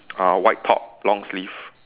uh white top long sleeve